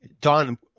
Don